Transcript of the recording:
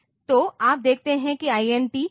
तो आप देखते हैं कि यह INT